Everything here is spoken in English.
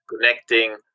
connecting